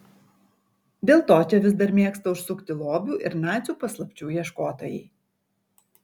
dėl to čia vis dar mėgsta užsukti lobių ir nacių paslapčių ieškotojai